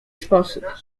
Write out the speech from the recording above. sposób